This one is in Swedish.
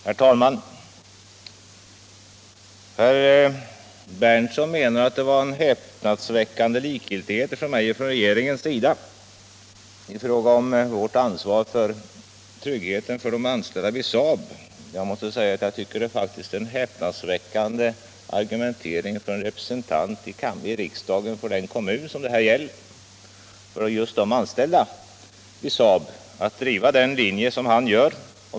Herr talman! Herr Berndtson menar att det från min och regeringens sida visats en häpnadsväckande likgiltighet när det gäller ansvaret för de anställda vid SAAB. Men jag måste säga att det är häpnadsväckande att herr Berndtson som representant i riksdagen för den kommun som det här gäller och för de anställda vid SAAB driver en sådan linje.